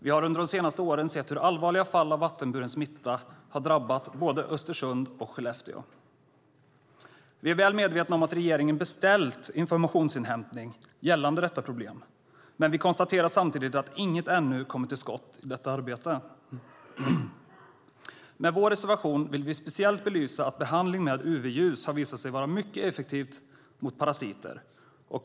Vi har under de senaste åren sett hur allvarliga fall av vattenburen smitta har drabbat både Östersund och Skellefteå. Vi är väl medvetna om att regeringen beställt informationsinhämtning gällande detta problem, men vi konstaterar samtidigt att inget ännu hänt i detta arbete. Med vår reservation vill vi speciellt belysa att behandling med UV-ljus har visat sig vara mycket effektivt mot parasiter.